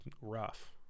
rough